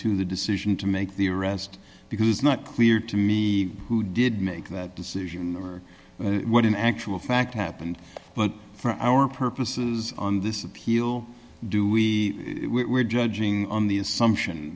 to the decision to make the arrest because it's not clear to me who did make that decision what in actual fact happened but for our purposes on this appeal do we we're judging on the assumption